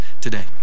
today